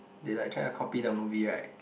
they like trying to copy the movie right